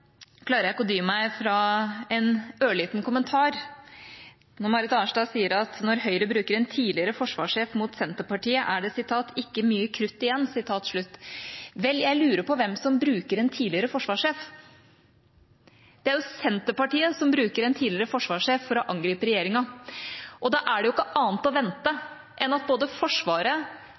klarer jeg ikke å dy meg for en ørliten kommentar. Når Marit Arnstad sier at når Høyre bruker en tidligere forsvarssjef mot Senterpartiet, er det «ikke mye krutt igjen», lurer jeg på hvem som bruker en tidligere forsvarssjef. Det er jo Senterpartiet som bruker en tidligere forsvarssjef for å angripe regjeringa. Da er jo ikke annet å vente enn at både Forsvaret,